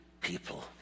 people